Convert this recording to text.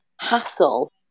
hassle